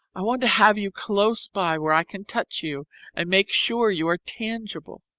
i want to have you close by where i can touch you and make sure you are tangible.